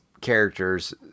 characters